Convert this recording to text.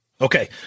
okay